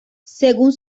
según